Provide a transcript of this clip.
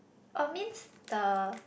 or means the